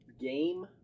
game